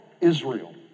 Israel